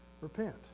Repent